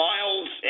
Miles